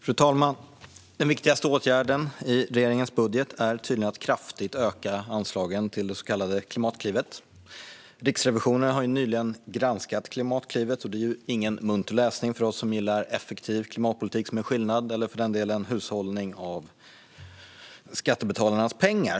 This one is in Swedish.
Fru talman! Den viktigaste åtgärden i regeringens budget är tydligen att kraftigt öka anslagen till Klimatklivet. Riksrevisionen har nyligen granskat Klimatklivet, och det är ingen munter läsning för oss som gillar effektiv klimatpolitik som gör skillnad eller för den delen hushållning med skattebetalarnas pengar.